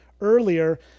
earlier